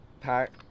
pack